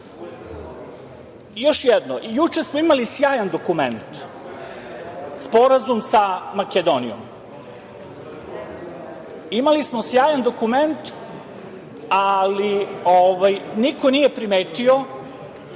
jedno. Juče smo imali sjajan dokument, sporazum sa Makedonijom. Imali smo sjajan dokument, ali niko nije primetio